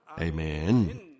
Amen